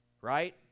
right